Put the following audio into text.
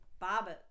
Bob